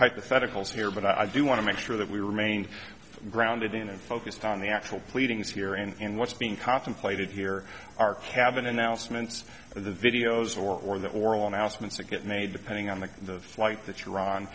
hypotheticals here but i do want to make sure that we remain grounded in and focused on the actual pleadings here and what's being contemplated here are cabin announcements the videos or the oral announcements that get made the painting on the flight that you're on